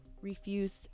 refused